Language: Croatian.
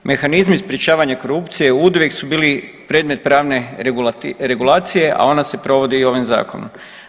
Mehanizmi sprječavanja korupcije oduvijek su bili predmet pravne regulacije, a ona se provodi ovim zakonom.